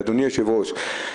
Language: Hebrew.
אדוני היושב-ראש,